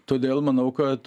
todėl manau kad